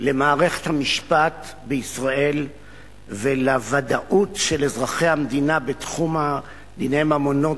למערכת המשפט בישראל ולוודאות של אזרחי המדינה בתחום דיני הממונות,